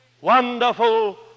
wonderful